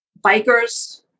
bikers